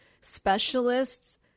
specialists